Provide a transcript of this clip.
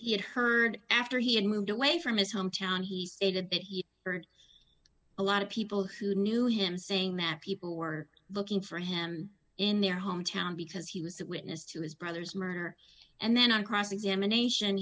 he had heard after he had moved away from his home town he stated that he heard a lot of people who knew him saying that people were looking for him in their hometown because he was that witness to his brother's murder and then on cross examination